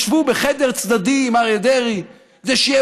ישבו בחדר צדדי עם אריה דרעי כדי שיהיה